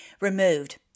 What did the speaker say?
removed